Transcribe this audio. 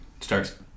starts